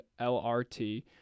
LRT